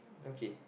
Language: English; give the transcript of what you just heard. okay